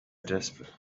desperate